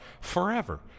forever